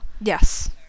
Yes